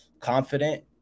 confident